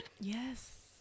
Yes